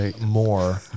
more